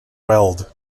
weald